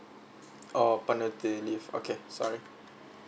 oh paternity leave okay sorry